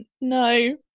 no